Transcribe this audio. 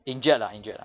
injured lah injured lah